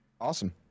awesome